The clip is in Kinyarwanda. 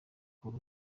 cool